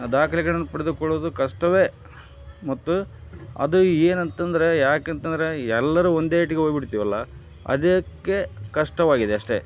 ದಾಖಲೆಗಳನ್ನು ಪಡೆದುಕೊಳ್ಳುವುದು ಕಷ್ಟವೇ ಮತ್ತು ಅದು ಏನಂತಂದರೆ ಯಾಕಂತಂದರೆ ಎಲ್ಲರೂ ಒಂದೇ ಏಟಿಗೆ ಹೋಗ್ಬಿಡ್ತಿವಲ್ಲ ಅದಕ್ಕೆ ಕಷ್ಟವಾಗಿದೆ ಅಷ್ಟೆ